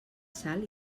sal